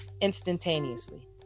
instantaneously